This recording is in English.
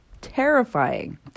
Terrifying